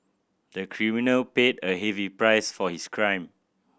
the criminal paid a heavy price for his crime